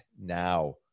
now